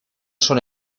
son